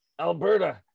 Alberta